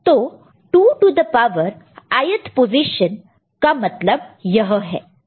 तो 2 two the power i th position कब मतलब यह है